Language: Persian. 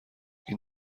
این